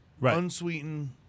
unsweetened